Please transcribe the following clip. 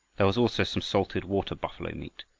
there was also some salted water-buffalo meat,